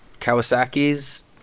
Kawasaki's